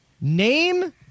Name